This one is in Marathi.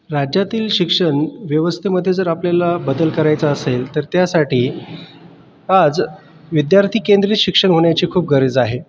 राज्यातील शिक्षणव्यवस्थेमध्ये जर आपल्याला बदल करायचा असेल तर त्यासाठी आज विद्यार्थीकेंद्रित शिक्षण होण्याची खूप गरज आहे